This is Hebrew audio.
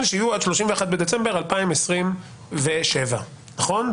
שיהיו עד 31 בדצמבר 2027. נכון?